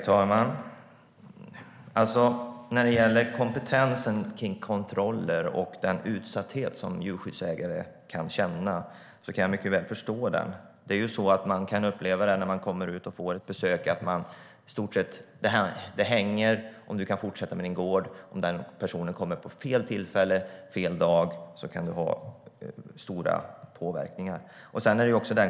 Herr talman! När det gäller kompetens för kontroller och den utsatthet som djurägare kan känna, kan jag mycket väl förstå den. Man kan ju uppleva när man får ett besök att det i stort sett hänger på det om man kan fortsätta med sin gård. Om personen kommer vid fel tillfälle, på fel dag, kan det få stora verkningar.